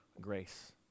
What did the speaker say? grace